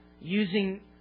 using